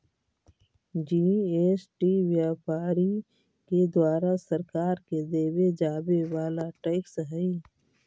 GST व्यापारि के द्वारा सरकार के देवे जावे वाला टैक्स हई